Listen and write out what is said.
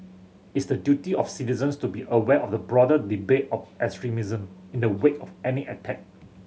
it's the duty of citizens to be aware of the broader debate of extremism in the wake of any attack